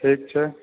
ठीक छै